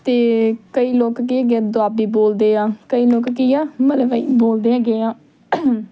ਅਤੇ ਕਈ ਲੋਕ ਕੀ ਹੈਗੇ ਆ ਦੁਆਬੀ ਬੋਲਦੇ ਆ ਕਈ ਲੋਕ ਕੀ ਆ ਮਲਵਈ ਬੋਲਦੇ ਹੈਗੇ ਆ